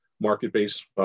market-based